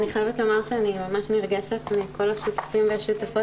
אני חייבת לומר שאני ממש נרגשת מכל השותפים והשותפות